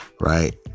right